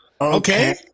Okay